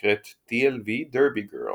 ונקראת TLV Derby Girls.